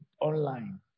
online